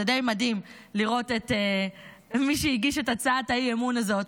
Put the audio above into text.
זה די מדהים לראות את מי שהגיש את הצעת האי-אמון הזאת,